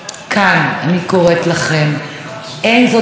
זו עת למעשים, כי את הרצח הבא